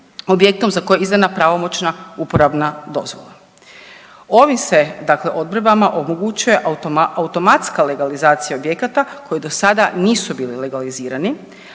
za koje je izdana pravomoćna uporabna dozvola. Ovim se, dakle, odredbama, omogućuje automatska legalizacija objekata koji do sada nisu bili legalizirani,